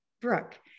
Brooke